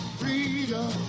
freedom